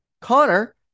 Connor